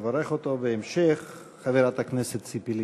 תברך אותו בהמשך חברת הכנסת ציפי לבני.